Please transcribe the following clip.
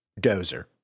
Dozer